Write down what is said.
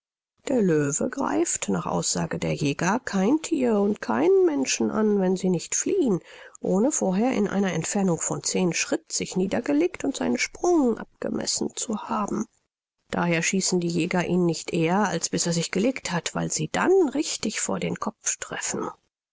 der löwe greift nach aussage der jäger kein thier und keinen menschen an wenn sie nicht fliehen ohne vorher in einer entfernung von zehn schritt sich niedergelegt und seinen sprung abgemessen zu haben daher schießen die jäger ihn nicht eher als bis er sich gelegt hat weil sie dann richtig vor den kopf treffen